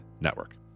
Network